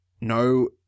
No